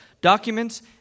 documents